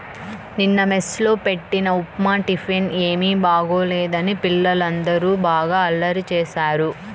నిన్న మెస్ లో బెట్టిన ఉప్మా టిఫిన్ ఏమీ బాగోలేదని పిల్లలందరూ బాగా అల్లరి చేశారు